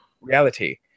reality